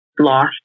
lost